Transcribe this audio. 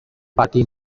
party